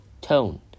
Tone